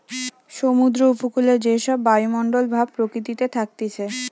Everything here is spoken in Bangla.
সমুদ্র উপকূলে যে সব বায়ুমণ্ডল ভাব প্রকৃতিতে থাকতিছে